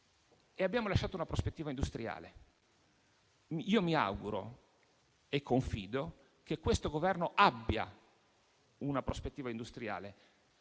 inoltre lasciato una prospettiva industriale. Io mi auguro e confido che questo Governo abbia una prospettiva industriale.